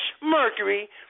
Mercury